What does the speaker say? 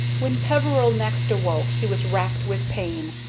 when peveril next awoke he was racked with pain,